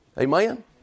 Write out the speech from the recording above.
Amen